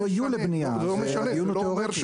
לא יהיו לבנייה אז זה עניין תיאורטי.